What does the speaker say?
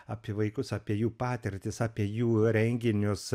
apie vaikus apie jų patirtis apie jų renginius